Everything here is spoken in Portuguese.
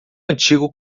antigo